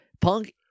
Punk